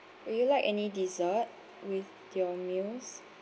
would you like any dessert with your meals